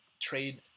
Trade